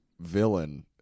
villain